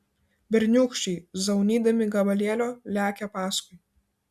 berniūkščiai zaunydami gabalėlio lekia paskui